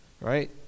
right